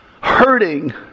hurting